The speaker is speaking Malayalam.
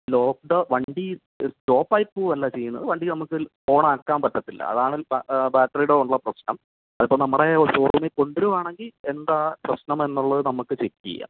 ലോക്ക്ഡൌൺ വണ്ടി സ്റ്റോപ്പ് ആയി പോവുക അല്ല ചെയ്യുന്നത് വണ്ടി നമുക്ക് ഓൺ ആക്കാൻ പറ്റത്തില്ല അതാണ് ബാറ്ററിയുടെ ഉള്ള പ്രശ്നം അതിപ്പോൾ നമ്മുടെ ഒരു ഷോറൂമിൽ കൊണ്ടുവരികയാണെങ്കിൽ എന്താ പ്രശ്നം എന്നുള്ളത് നമുക്ക് ചെക്ക് ചെയ്യാം